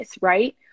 right